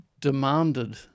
demanded